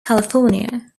california